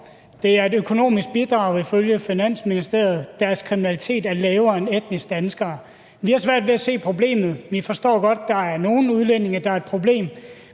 et økonomisk bidrag. Kriminalitetsraten for dem er lavere end for etniske danskere. Vi har svært ved at se problemet. Vi forstår godt, der er nogle udlændinge, der er et problem,